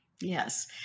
Yes